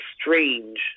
strange